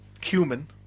cumin